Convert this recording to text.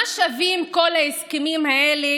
מה שווים כל ההסכמים האלה